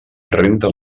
renta